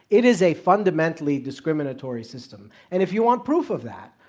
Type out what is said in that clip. it is a fundamentally discriminatory system. and if you want proof of that,